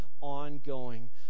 ongoing